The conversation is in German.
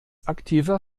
aktiver